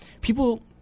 People